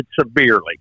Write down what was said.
severely